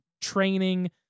training